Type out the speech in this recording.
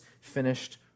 finished